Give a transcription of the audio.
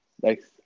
Thanks